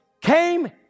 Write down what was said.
came